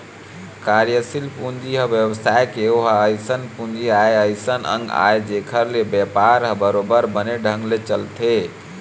कार्यसील पूंजी ह बेवसाय के ओहा अइसन पूंजी आय अइसन अंग आय जेखर ले बेपार ह बरोबर बने ढंग ले चलथे